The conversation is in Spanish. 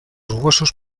huesos